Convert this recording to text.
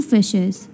Fishes